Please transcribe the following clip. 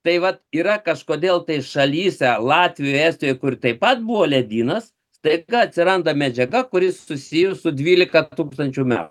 tai vat yra kažkodėl tai šalyse latvijoj estijoj kur taip pat buvo ledynas staiga atsiranda medžiaga kuri susijusi su dvylika tūkstančių metų